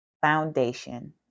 foundation